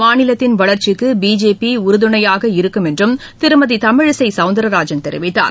மாநிலத்தின் வளர்ச்சிக்கு பிஜேபி உறுதுணையாக இருக்கும் என்றும் திருமதி தமிழிசை சவுந்தரராஜன் கெரிவித்தார்